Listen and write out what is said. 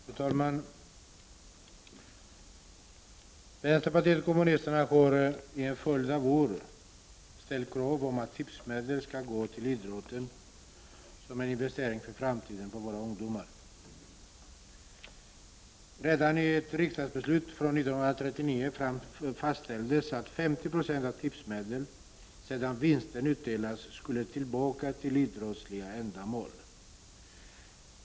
Fru talman! Vänsterpartiet kommunisterna har i en följd av år ställt krav om att tipsmedel skall gå till idrotten, som en investering för framtiden för våra ungdomar. Redan i ett riksdagsbeslut från 1939 fastställdes att 50 20 av tipsmedlen sedan vinsten utdelats skulle tillbaka till idrottsliga ändamål.